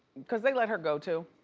cause they let her go too,